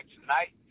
tonight